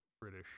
British